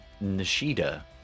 Nishida